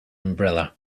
umbrella